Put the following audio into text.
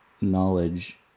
knowledge